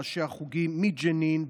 ראשי החוגים מג'נין,